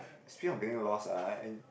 speaking of being lost ah I in